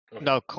No